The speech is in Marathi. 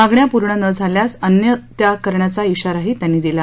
मागण्या पूर्ण न झाल्यास अन्न त्याग करण्याचा शिाराही त्यांनी दिला